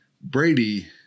Brady